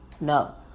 No